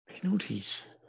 Penalties